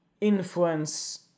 influence